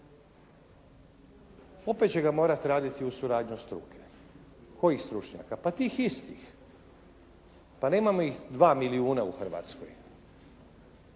Opet će ga morati raditi uz suradnju struke. Kojih stručnjaka? Pa tih istih. Pa nemamo ih dva milijuna u Hrvatskoj.